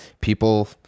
people